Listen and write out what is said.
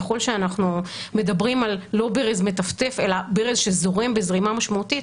ככל שאנחנו מדברים לא על ברז מטפטף אלא ברז שזורם בזרימה משמעותית,